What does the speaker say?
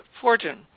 fortune